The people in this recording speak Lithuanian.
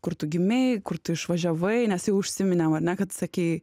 kur tu gimei kur tu išvažiavai nes jau užsiminėm ane kad sakei